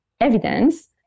evidence